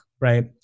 right